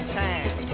time